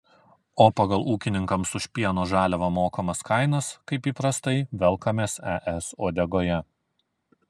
o pagal ūkininkams už pieno žaliavą mokamas kainas kaip įprastai velkamės es uodegoje